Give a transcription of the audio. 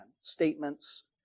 statements